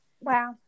Wow